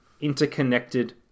interconnected